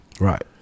Right